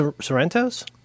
sorrento's